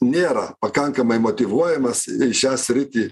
nėra pakankamai motyvuojamas į šią sritį